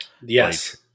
Yes